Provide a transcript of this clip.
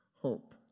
Hope